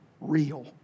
real